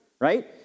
right